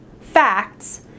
facts